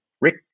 Rick